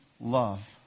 love